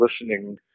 listening